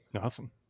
Awesome